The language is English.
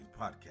podcast